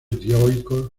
dioicos